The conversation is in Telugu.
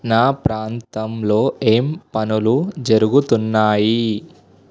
నా ప్రాంతంలో ఏం పనులు జరుగుతున్నాయి